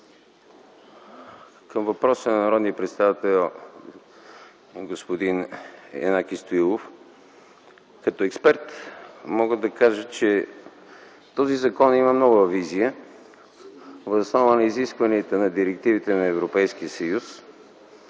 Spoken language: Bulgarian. По въпроса на народния представител Янаки Стоилов като експерт мога да кажа, че този закон има нова визия въз основа на изискванията на директивите на Европейския съюз.